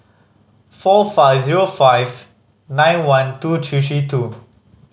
four five zero five nine one two three three two